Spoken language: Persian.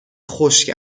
خشک